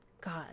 God